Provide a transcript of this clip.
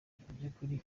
by’ukuri